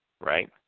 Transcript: right